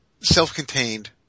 self-contained